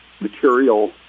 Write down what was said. Material